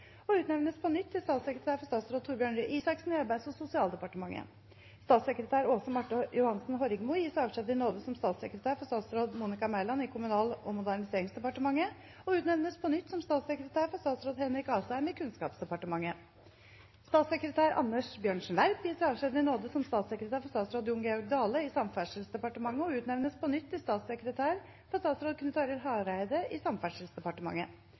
og utnevnes på nytt til statssekretær for statsråd Torbjørn Røe Isaksen i Arbeids- og sosialdepartementet. Statssekretær Aase Marthe Johansen Horrigmo gis avskjed i nåde som statssekretær for statsråd Monica Mæland i Kommunal- og moderniseringsdepartementet og utnevnes på nytt som statssekretær for statsråd Henrik Asheim i Kunnskapsdepartementet. Statssekretær Anders Bjørnsen Werp gis avskjed i nåde som statssekretær for statsråd Jon Georg Dale i Samferdselsdepartementet og utnevnes på nytt til statssekretær for statsråd Knut Arild Hareide i Samferdselsdepartementet.